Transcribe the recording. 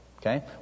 Okay